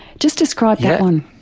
just describe that one.